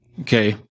okay